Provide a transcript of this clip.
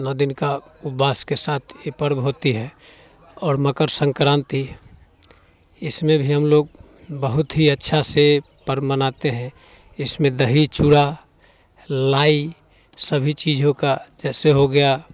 नौ दिन का उपवास के साथ ये पर्व होती है और मकर संक्रांति इसमें भी हम लोग बहुत ही अच्छा से पर्व मनाते हैं इसमें दही चूड़ा लाई सभी चीज़ों का जैसे हो गया